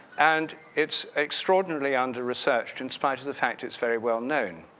and it's extraordinarily under research in spite of the fact it's very well known.